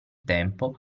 tempo